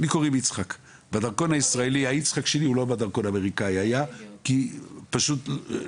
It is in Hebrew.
בדרכון הישראלי ובדרכון האמריקאי השם שלי לא כתוב באותו אופן.